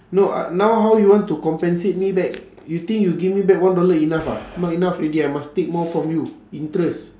no uh now how you want to compensate me back you think you give me back one dollar enough ah not enough already I must take more from you interest